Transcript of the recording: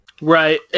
Right